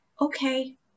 Okay